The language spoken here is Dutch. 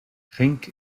genk